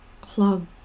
club